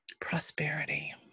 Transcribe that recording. prosperity